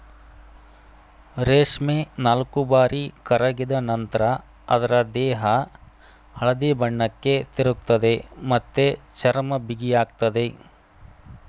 ರೇಷ್ಮೆ ನಾಲ್ಕುಬಾರಿ ಕರಗಿದ ನಂತ್ರ ಅದ್ರ ದೇಹ ಹಳದಿ ಬಣ್ಣಕ್ಕೆ ತಿರುಗ್ತದೆ ಮತ್ತೆ ಚರ್ಮ ಬಿಗಿಯಾಗ್ತದೆ